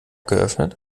geöffnet